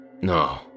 no